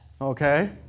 Okay